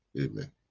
Amen